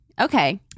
Okay